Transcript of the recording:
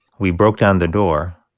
we broke down the door,